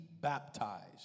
baptized